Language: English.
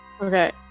Okay